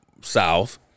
South